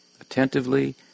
attentively